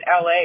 LA